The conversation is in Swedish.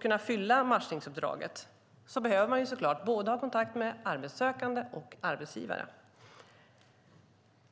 kunna utföra matchningsuppdraget behöver man såklart ha kontakt med både arbetssökande och arbetsgivare.